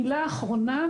ומילה אחרונה,